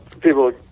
people